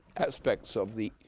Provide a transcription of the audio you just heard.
states of the